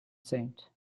saint